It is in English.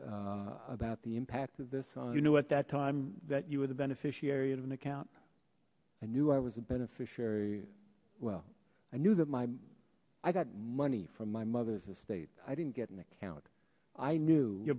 about the impact of this on you know at that time that you are the beneficiary of an account i knew i was a beneficiary well i knew that my i got money from my mother's estate i didn't get an account i knew your